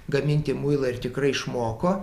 gaminti muilą ir tikrai išmoko